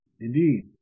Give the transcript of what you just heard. Indeed